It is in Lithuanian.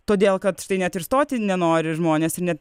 todėl kad štai net ir stoti nenori žmonės ir net